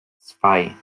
zwei